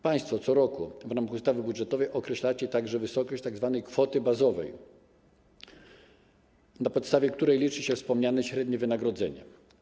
Państwo co roku w ramach ustawy budżetowej określacie także wysokość tzw. kwoty bazowej, na podstawie której liczy się wspomniane średnie wynagrodzenie.